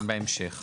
בהמשך.